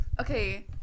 okay